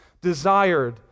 desired